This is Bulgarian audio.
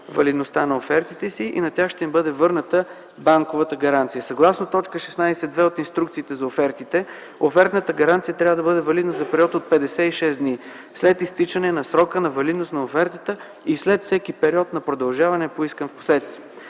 валидността на офертите си и на тях ще им бъде върната банковата гаранция. Съгласно т. 16.2. от Инструкциите за офертите, офертната гаранция трябва да бъде валидна за период от 56 дни след изтичане на срока на валидност на офертата и след всеки период на продължаване, поискан впоследствие.